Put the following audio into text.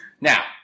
Now